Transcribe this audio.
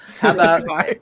Hello